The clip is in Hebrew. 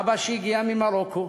אבא הגיע ממרוקו,